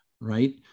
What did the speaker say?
right